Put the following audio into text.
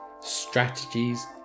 strategies